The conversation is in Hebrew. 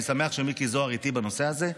אני שמח שמיקי זוהר איתי בנושא הזה,